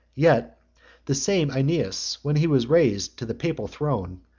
yet the same aeneas, when he was raised to the papal throne,